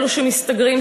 אלו שמסתגרים,